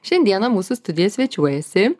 šiandieną mūsų studijoje svečiuojasi